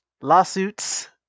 lawsuits